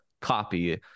copy